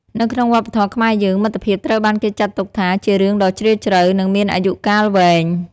នៅក្នុងវប្បធម៌ខ្មែរយើង មិត្តភាពត្រូវបានគេចាត់ទុកថាជារឿងដ៏ជ្រាលជ្រៅ និងមានអាយុកាលវែង។